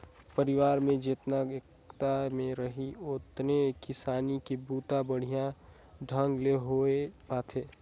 परिवार में जेतना एकता में रहीं ओतने किसानी के बूता बड़िहा ढंग ले होये पाथे